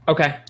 Okay